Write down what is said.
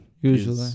Usually